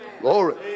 Glory